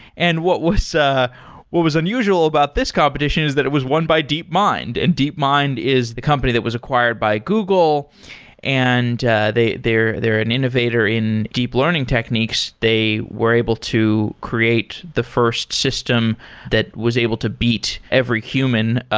and what was ah what was unusual about this competition is that it was by won by deepmind, and deepmind is the company that was acquired by google and they're they're an innovator in deep learning techniques. they were able to create the first system that was able to beat every human,